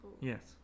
Yes